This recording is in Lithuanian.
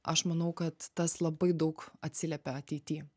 aš manau kad tas labai daug atsiliepia ateity